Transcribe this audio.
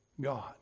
God